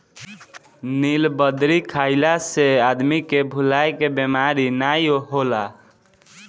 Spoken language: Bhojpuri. नीलबदरी खइला से आदमी के भुलाए के बेमारी नाइ होला